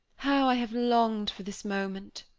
how i have longed for this moment!